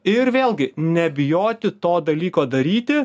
ir vėlgi nebijoti to dalyko daryti